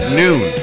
noon